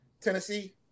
Tennessee